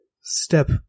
Step